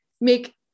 make